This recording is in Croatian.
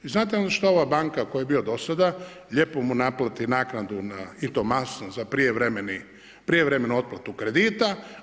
I znate onda što ova banka koja je bila do sada lijepo mu naplati naknadu i to masnu za prijevremenu otplatu kredita.